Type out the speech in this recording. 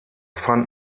fand